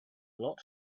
lot